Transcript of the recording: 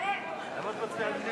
מרצ להביע